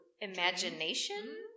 imagination